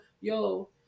yo